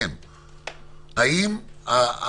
האם הם